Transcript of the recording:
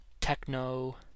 techno